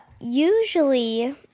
usually